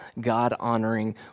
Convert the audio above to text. God-honoring